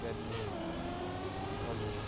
badminton volley